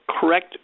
correct